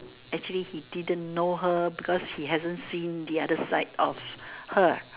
actually he didn't know her because he hasn't seen the other side of her